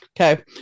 Okay